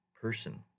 person